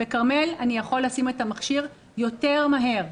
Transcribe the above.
בכרמל אני יכול לשים את המכשיר יותר מהר.